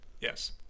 yes